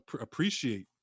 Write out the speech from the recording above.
appreciate